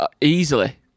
easily